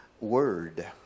word